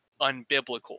unbiblical